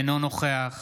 אינו נוכח